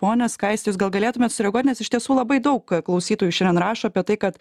ponia skaiste jūs gal galėtumėt sureaguot nes iš tiesų labai daug klausytojų šiandien rašo apie tai kad